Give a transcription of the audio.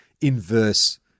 inverse –